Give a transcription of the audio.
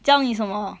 教你什么